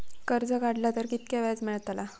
कर्ज काडला तर कीतक्या व्याज मेळतला?